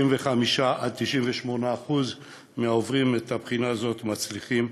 95% 98% מהעושים את הבחינה הזאת מצליחים,